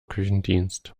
küchendienst